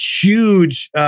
huge